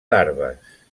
larves